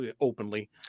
openly